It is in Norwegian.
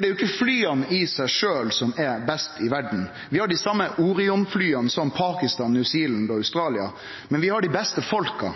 er jo ikkje flya i seg sjølve som er best i verda. Vi har dei same Orion-flya som Pakistan, New Zealand og Australia, men vi har dei beste folka,